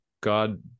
God